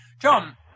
John